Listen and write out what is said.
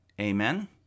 Amen